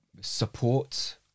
support